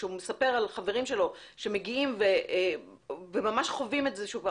הוא מספר על חברים שלו שמגיעים וממש חווים את זה שוב,